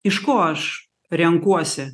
iš ko aš renkuosi